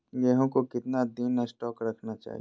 गेंहू को कितना दिन स्टोक रखना चाइए?